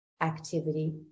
activity